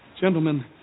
gentlemen